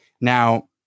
Now